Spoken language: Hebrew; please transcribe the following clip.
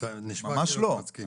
ממש לא.